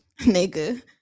nigga